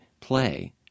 play